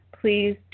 please